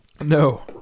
No